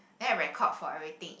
then a record for everything eat